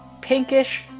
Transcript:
pinkish